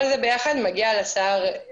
כל זה ביחד מגיע לשר.